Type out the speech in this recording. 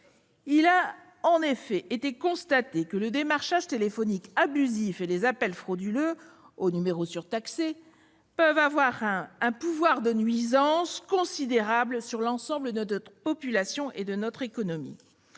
Il a en effet été constaté que le démarchage téléphonique abusif et les appels frauduleux aux numéros surtaxés peuvent avoir un pouvoir de nuisance considérable sur l'ensemble de notre population et de notre économie.